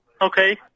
Okay